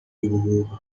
ubuhuha